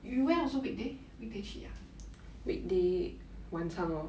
you went also weekday weekday 去 ah